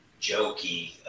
jokey